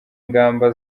ingamba